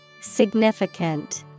Significant